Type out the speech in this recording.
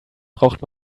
braucht